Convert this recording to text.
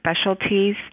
specialties